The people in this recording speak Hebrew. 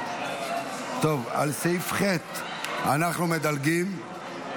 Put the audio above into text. על סעיף ח' אנחנו מדלגים,